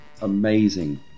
amazing